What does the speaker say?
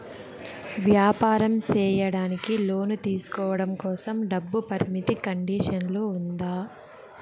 వ్యాపారం సేయడానికి లోను తీసుకోవడం కోసం, డబ్బు పరిమితి కండిషన్లు ఉందా?